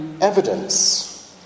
evidence